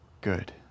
good